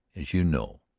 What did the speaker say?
as you know.